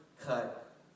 cut